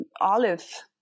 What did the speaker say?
olive